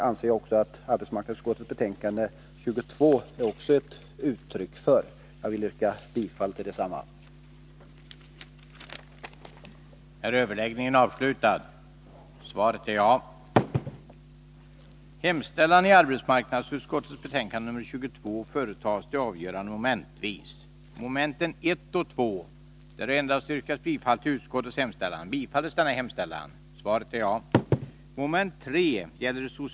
Arbetsmarknadsutskottets betänkande nr 22 är ett uttryck för detta. Herr talman! Jag yrkar bifall till utskottets hemställan.